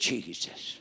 Jesus